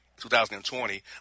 2020